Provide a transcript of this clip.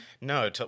no